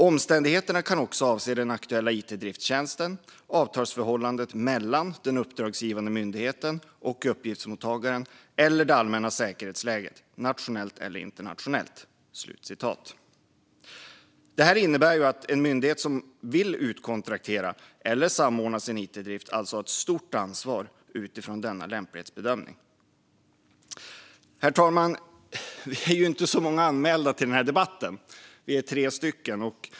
Omständigheterna kan också avse den aktuella it-driftstjänsten, avtalsförhållandet mellan den uppdragsgivande myndigheten och uppgiftsmottagaren eller det allmänna säkerhetsläget, nationellt eller internationellt." Detta innebär att en myndighet som vill utkontraktera eller samordna sin it-drift alltså har ett stort ansvar utifrån denna lämplighetsbedömning. Herr talman! Vi är inte så många anmälda till denna debatt; vi är tre stycken.